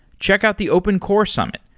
check out the open core summit,